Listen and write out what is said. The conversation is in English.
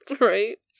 right